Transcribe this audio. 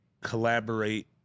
collaborate